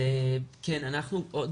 עוד